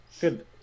Good